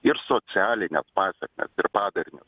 ir socialines pasekmes ir padarinius